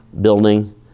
building